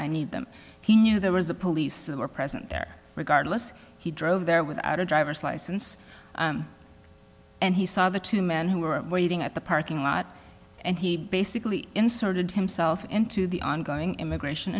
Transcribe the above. i need them he knew there was the police were present there regardless he drove there without a driver's license and he saw the two men who were waiting at the parking lot and he basically inserted himself into the ongoing immigration